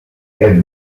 elle